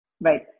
Right